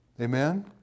Amen